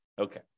Okay